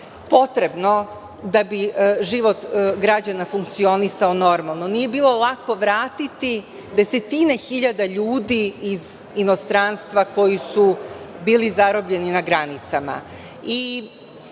potrebno da bi život građana funkcionisao normalno, nije bilo lako vratiti desetine hiljada ljudi iz inostranstva koji su bili zarobljeni na granicama